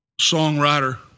songwriter